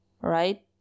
right